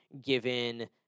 given